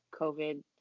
COVID